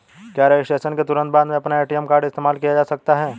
क्या रजिस्ट्रेशन के तुरंत बाद में अपना ए.टी.एम कार्ड इस्तेमाल किया जा सकता है?